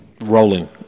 Rolling